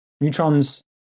Neutrons